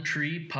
tree